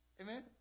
Amen